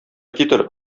китер